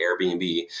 Airbnb